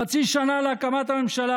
חצי שנה להקמת הממשלה,